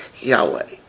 Yahweh